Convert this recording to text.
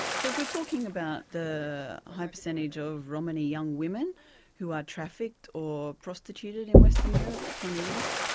so if we're talking about the high percentage of romany young women who are trafficked or prostituted in western europe from the east,